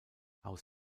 aus